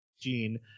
Gene